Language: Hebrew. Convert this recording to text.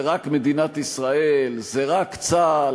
זה רק מדינת ישראל, זה רק צה"ל.